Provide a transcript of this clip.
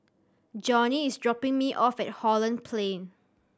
Johny is dropping me off at Holland Plain